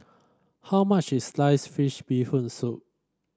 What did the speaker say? how much is Sliced Fish Bee Hoon Soup